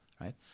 right